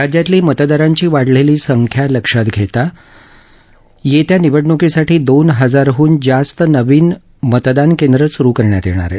राज्यातली मतदारांची वाढलेली संख्या लक्षात घेत येत्या निवडणुकीसाठी दोन हजारहून जास्त नवी मतदान केंद्रं सुरू करण्यात येणार आहेत